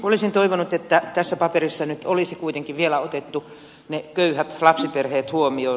olisin toivonut että tässä paperissa nyt olisi kuitenkin vielä otettu ne köyhät lapsiperheet huomioon